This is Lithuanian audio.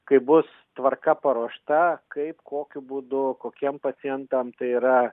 kai bus tvarka paruošta kaip kokiu būdu kokiem pacientam tai yra